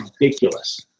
ridiculous